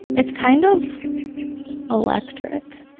it's kind of electric.